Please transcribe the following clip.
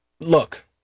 look